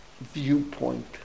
viewpoint